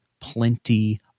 plenty